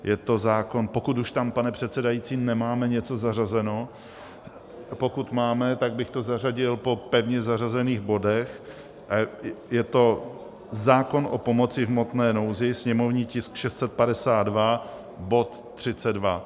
Je to zákon pokud už tam, pane předsedající, nemáme něco zařazeno; pokud máme, tak bych to zařadil po pevně zařazených bodech je to zákon o pomoci v hmotné nouzi, sněmovní tisk 652, bod 32.